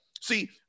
See